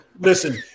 listen